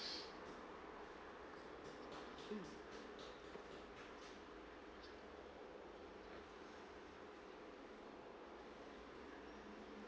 mm